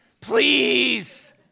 please